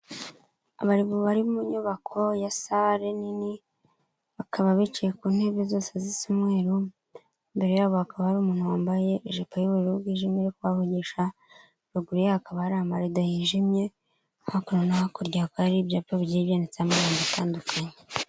Abantu bari mu nyubako ya sare nini, bakaba bicaye ku ntebe zose zisa umweru, imbere yabo hakaba hari umuntu wambaye ijipo y'ubururu bwijimye uri kubavugisha, ruguru ye hakaba hari amarido yijimye, hakuno no hakurya hakaba hari ibyapa bigiye byanditseho amagambo atandukanye.